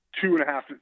two-and-a-half